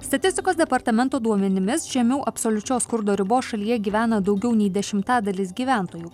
statistikos departamento duomenimis žemiau absoliučios skurdo ribos šalyje gyvena daugiau nei dešimtadalis gyventojų